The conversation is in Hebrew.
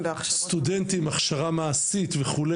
הכשרה מעשית וכו',